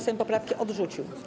Sejm poprawki odrzucił.